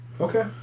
Okay